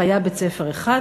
היה בית-ספר אחד,